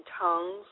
tongues